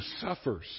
suffers